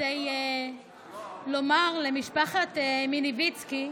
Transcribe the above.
כדי לומר למשפחת מיניביצקי: